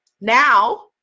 now